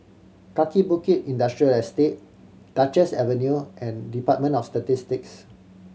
Kaki Bukit Industrial Estate Duchess Avenue and Department of Statistics